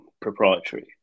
proprietary